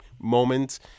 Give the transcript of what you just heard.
moment